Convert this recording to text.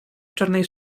czarnej